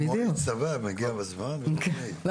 טוב,